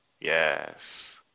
Yes